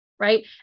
Right